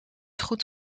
goed